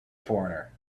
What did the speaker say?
foreigner